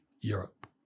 Europe